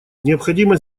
необходимо